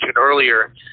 earlier